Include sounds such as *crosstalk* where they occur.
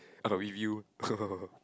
got review *laughs*